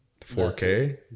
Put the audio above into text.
4K